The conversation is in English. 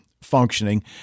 functioning